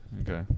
Okay